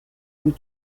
and